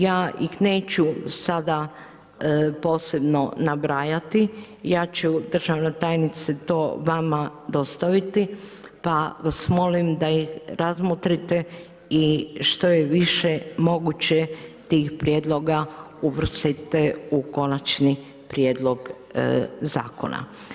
Ja ih neću sada posebno nabrajati, ja ću državna tajnice, to vama dostaviti, pa vas molim, da ih razmotrite i što je više moguće tih prijedloga, uvrstite u konačni prijedlog Zakona.